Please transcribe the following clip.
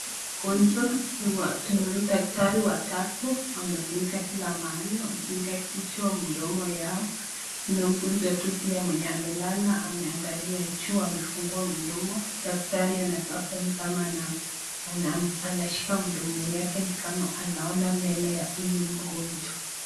Mgonjwa tunaona daktari watatu amefunika kila mahali amefunika kichwa, mdomo yao kuna mgonjwa tu pia mwenye amelala ameangalia juu amefungua mdomo, daktari anakaa kuwa ni kama anashika mdomo yake ni kama anaona meno ya huyu mgonjwa.